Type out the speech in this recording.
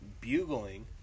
bugling